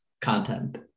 content